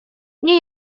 nie